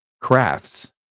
crafts